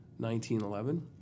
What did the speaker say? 1911